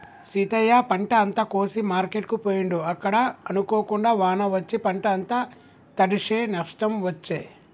సీతయ్య పంట అంత కోసి మార్కెట్ కు పోయిండు అక్కడ అనుకోకుండా వాన వచ్చి పంట అంత తడిశె నష్టం వచ్చే